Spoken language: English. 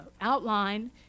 outline